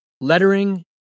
lettering